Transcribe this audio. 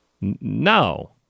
No